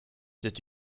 did